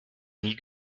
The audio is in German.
nie